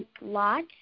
lot